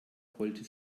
rollte